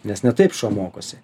nes ne taip šuo mokosi